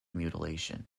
mutilation